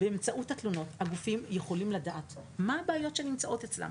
באמצעות התלונות הגופים יכולים לדעת מה הבעיות שנמצאות אצלם.